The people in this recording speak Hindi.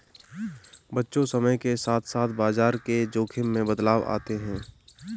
बच्चों समय के साथ साथ बाजार के जोख़िम में बदलाव आते हैं